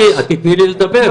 גברתי, תיתני לי לדבר.